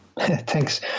Thanks